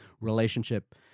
relationship